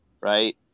right